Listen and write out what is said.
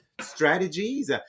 strategies